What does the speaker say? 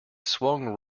swung